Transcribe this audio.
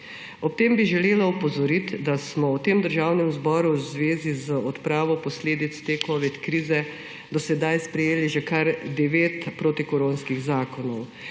Ob tem bi želela opozoriti, da smo v tem državnem zboru v zvezi z odpravo posledic te covid krize do sedaj sprejeli že kar 9 protikoronskih zakonov.